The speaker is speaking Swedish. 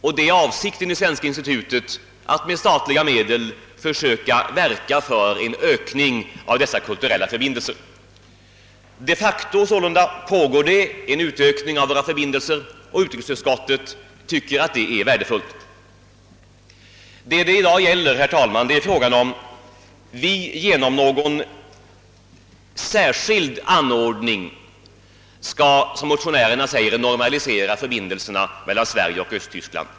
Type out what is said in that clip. Avsikten är att svenska institutet med statliga medel skall verka för en ökning av dessa kulturella förbindelser. De facto pågår sålunda en utveckling av våra förbindelser, och utrikesutskottet anser att det är värdefullt. Vad det i dag gäller är frågan om huruvida vi genom någon särskild anordning skall, som motionärerna säger, normalisera förbindelserna mellan Sverige och Östtyskland.